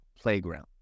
playground